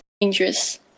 dangerous